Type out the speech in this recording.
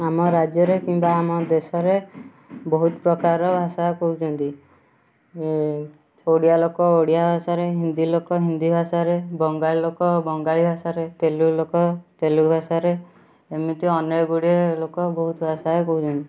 ଆମ ରାଜ୍ୟରେ କିମ୍ବା ଆମ ଦେଶରେ ବହୁତ ପ୍ରକାରର ଭାଷା କହୁଛନ୍ତି ଓଡ଼ିଆ ଲୋକ ଓଡ଼ିଆ ଭାଷାରେ ହିନ୍ଦୀ ଲୋକ ହିନ୍ଦୀ ଭାଷାରେ ବଙ୍ଗାଳୀ ଲୋକ ବଙ୍ଗାଳୀ ଭାଷାରେ ତେଲୁଗୁ ଲୋକ ତେଲୁଗୁ ଭାଷାରେ ଏମିତି ଅନେକଗୁଡ଼ିଏ ଲୋକ ବହୁତ ଭାଷାରେ କହୁଛନ୍ତି